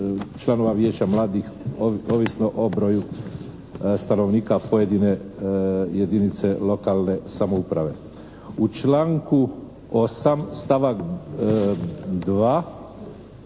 članova vijeća mladih ovisno o broju stanovnika pojedine jedinice lokalne samouprave. U članku 8. stavak 2.